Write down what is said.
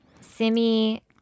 Simi